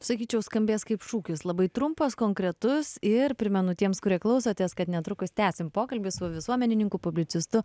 sakyčiau skambės kaip šūkis labai trumpas konkretus ir primenu tiems kurie klausotės kad netrukus tęsim pokalbį su visuomenininku publicistu